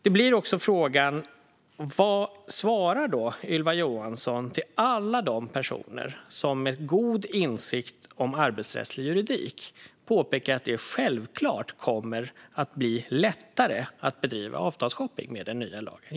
Då blir också frågan vad Ylva Johansson svarar alla de personer som med god insikt om arbetsrättslig juridik påpekar att det självklart kommer att bli lättare att bedriva avtalsshopping med den nya lagen.